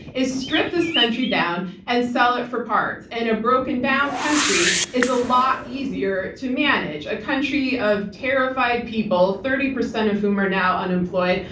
is strip this country down and sell it for parts. and a broken down country is a lot easier to manage. a country of terrified people, thirty percent of whom are now unemployed,